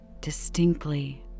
distinctly